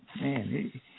man